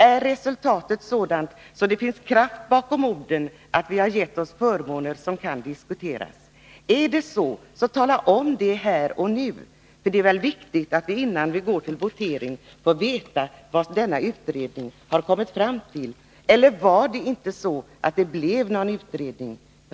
Är resultatet sådant att det finns kraft bakom orden att vi har gett oss förmåner som kan diskuteras? Är det så, tala om det här och nu! Det är väl viktigt att vi, innan vi går till votering, får veta vad denna utredning har kommit fram till. Eller blev det ingen utredning?